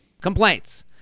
Complaints